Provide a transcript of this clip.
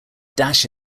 dash